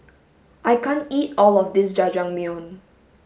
I can't eat all of this jajangmyeon